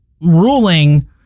ruling